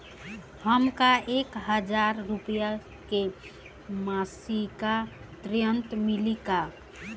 हमका एक हज़ार रूपया के मासिक ऋण मिली का?